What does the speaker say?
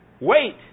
wait